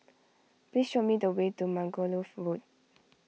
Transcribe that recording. please show me the way to Margoliouth Road